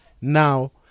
Now